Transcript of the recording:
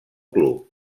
club